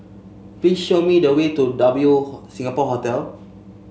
please show me the way to W Singapore Hotel